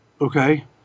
okay